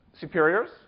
superiors